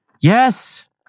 Yes